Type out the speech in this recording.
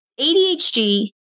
ADHD